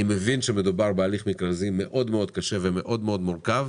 אני מבין שמדובר בהליך מכרזי מאוד קשה ומאוד מורכב.